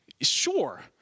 sure